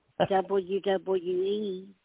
WWE